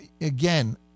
Again